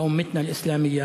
לאומתנו האסלאמית